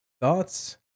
thoughts